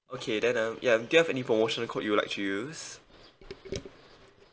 okay then um ya do you have any promotional code you'd like to use